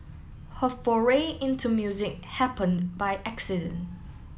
her foray into music happened by accident